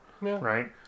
Right